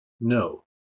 No